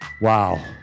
Wow